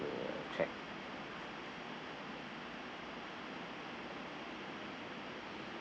check